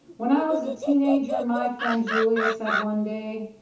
when i was a teenager, my friend julia said one day,